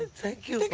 thank you. like